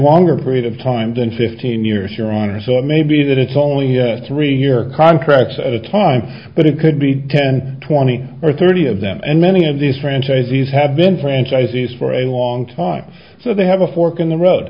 longer period of time than fifteen years your honor so it may be that it's only three year contracts at a time but it could be ten twenty or thirty of them and many of these franchisees have been franchisees for a long time so they have a fork in the road